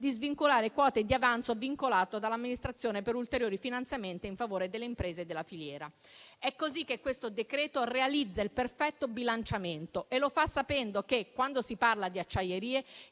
di svincolare quote di avanzo vincolato dall'amministrazione per ulteriori finanziamenti in favore delle imprese e della filiera. È così che questo decreto-legge realizza il perfetto bilanciamento e lo fa sapendo che, quando si parla di acciaierie,